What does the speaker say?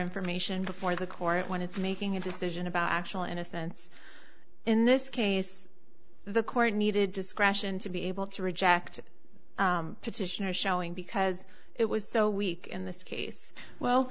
information before the court when it's making a decision about actual innocence in this case the court needed discretion to be able to reject petitioners showing because it was so weak in this case well